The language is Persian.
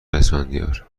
اسفندیار